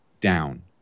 down